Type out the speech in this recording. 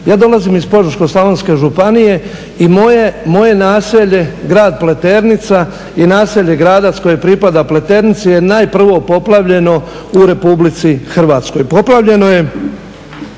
Ja dolazim iz Požeško-slavonske županije i moje naselje, grad Pleternica i naselje Gradac koje pripada Pleternici je najprvo poplavljeno u Republici Hrvatskoj.